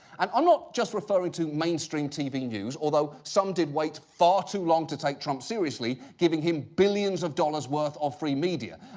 and i'm not just referring to mainstream tv news, although some did wait far too long to take trump seriously, giving him billions of dollars' worth of free media.